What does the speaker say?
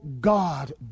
God